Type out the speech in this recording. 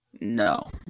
No